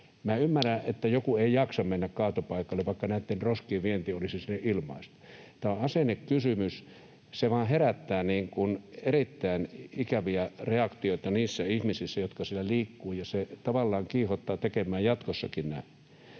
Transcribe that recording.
ymmärrän, että joku ei jaksa mennä kaatopaikalle, vaikka näitten roskien vienti olisi sinne ilmaista. Tämä on asennekysymys. Se vain herättää erittäin ikäviä reaktioita niissä ihmisissä, jotka siellä liikkuvat, ja se tavallaan kiihottaa tekemään jatkossakin näin.